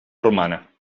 romana